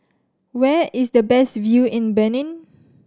where is the best view in Benin